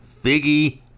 Figgy